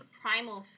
primal